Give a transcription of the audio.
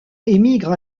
émigre